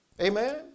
Amen